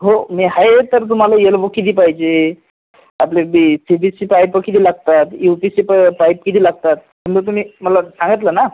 हो मी आहे तर तुम्हाला येल्बो किती पाहिजे आपले बी सी बी सी पाईपं किती लागतात यु पी सी प पाईप किती लागतात समजा तुम्ही मला सांगितलं ना